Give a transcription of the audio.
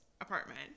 apartment